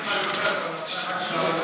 מסכים למה שאת אומרת,